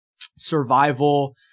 survival